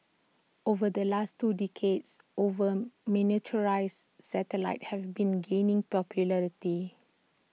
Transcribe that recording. over the last two decades over miniaturised satellites have been gaining popularity